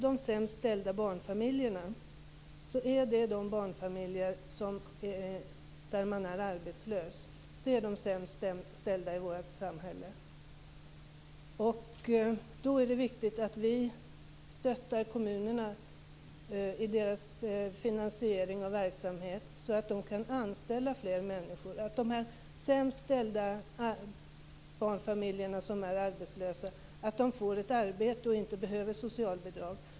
De sämst ställda barnfamiljerna i vårt samhälle är de familjer som har drabbats av arbetslöshet. Det är viktigt att vi stöttar kommunerna i deras finansiering av verksamheten så att de kan anställa fler människor. På det sättet kan de sämst ställda som är arbetslösa och har barn få ett arbete så att de inte behöver socialbidrag.